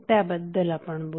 त्याबद्दल आपण बोलू